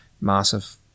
massive